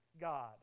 God